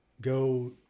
go